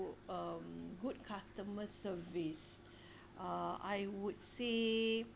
um good customer service uh I would say